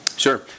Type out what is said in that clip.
Sure